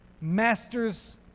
master's